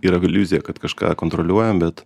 yra iliuzija kad kažką kontroliuojam bet